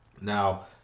Now